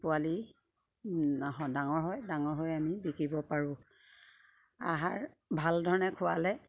পোৱালি ডাঙৰ হয় ডাঙৰ হৈ আমি বিকিব পাৰোঁ আহাৰ ভাল ধৰণে খোৱালে